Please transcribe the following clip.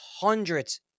hundreds